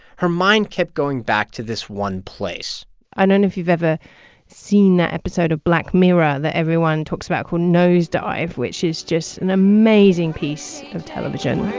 her mind kept going back to this one place i don't know if you've ever seen that episode of black mirror that everyone talks about called nosedive which is just an amazing piece of television